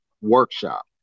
workshop